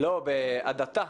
לא בהדתה